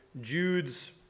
Jude's